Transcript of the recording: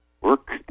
work